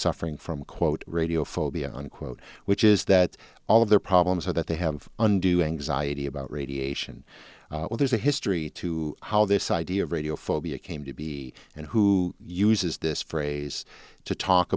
suffering from quote radio phobia unquote which is that all of their problems are that they have undue anxiety about radiation or there's a history to how this idea of radio phobia came to be and who uses this phrase to talk